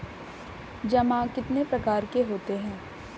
जमा कितने प्रकार के होते हैं?